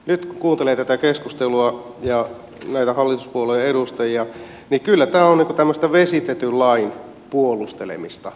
nyt kun kuuntelee tätä keskustelua ja näitä hallituspuolueen edustajia kyllä tämä on tämmöistä vesitetyn lain puolustelemista